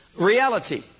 reality